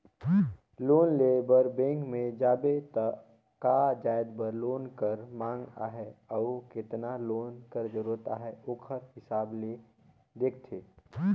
loan लेय बर bank में जाबे त का जाएत बर लोन कर मांग अहे अउ केतना लोन कर जरूरत अहे ओकर हिसाब ले देखथे